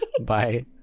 bye